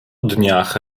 dniach